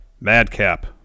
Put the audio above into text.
Madcap